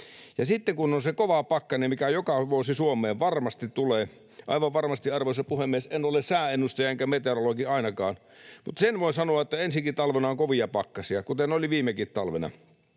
sitten kun on se kova pakkanen, mikä joka vuosi Suomeen varmasti tulee — aivan varmasti, arvoisa puhemies. En ole sääennustaja enkä meteorologi ainakaan, mutta sen voin sanoa, että ensi talvenakin on kovia pakkasia, kuten oli viime talvenakin.